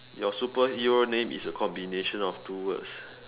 your superhero name is a combination of two words